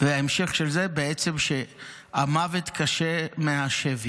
וההמשך של זה בעצם שהשבי קשה מהמוות.